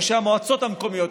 ראשי המועצות המקומיות,